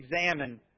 examine